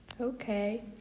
Okay